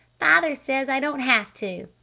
father says i don't have to!